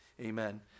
amen